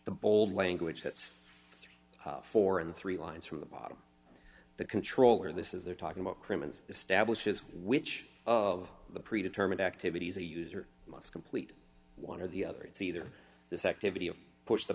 the bold language that's thirty four and three lines from the bottom the controller this is they're talking about crimmins establishes which of the pre determined activities a user must complete one or the other it's either this activity of push the